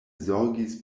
zorgis